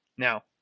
now